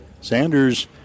Sanders